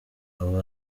aho